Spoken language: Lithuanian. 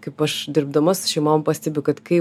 kaip aš dirbdama su šeimom pastebiu kad kai